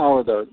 ಹೌದು ಹೌದು